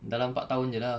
dalam empat tahun jer lah